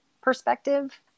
perspective